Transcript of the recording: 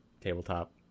tabletop